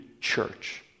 church